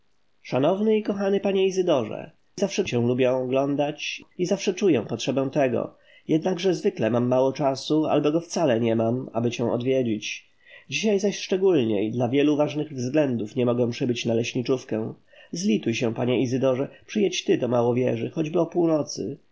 szanowny i kochany panie izydorze zawsze cię lubię oglądać i zawsze czuję potrzebę tego jednakże zwykle mam mało czasu albo go wcale nie mam aby cię odwiedzić dzisiaj zaś szczególniej dla wielu ważnych względów nie mogę przybyć na leśniczówkę zlituj się panie izydorze przyjedź ty do małowieży choćby o północy